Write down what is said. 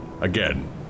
Again